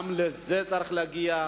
גם לזה צריך להגיע.